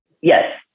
Yes